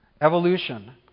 evolution